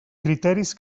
criteris